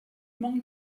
manque